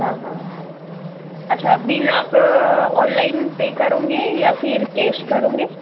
हाँ हाँ अच्छा बिल आप ऑनलाइन पर करोगे या फ़िर कैश करोगे